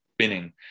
spinning